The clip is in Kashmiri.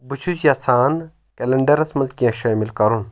بہٕ چھُس یژھان کیٚلَنڈَرس منٛز کینٛہہ شٲمِل کَرُن